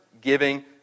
giving